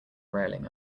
railing